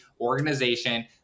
organization